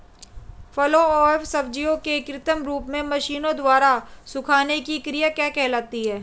फलों एवं सब्जियों के कृत्रिम रूप से मशीनों द्वारा सुखाने की क्रिया क्या कहलाती है?